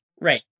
Right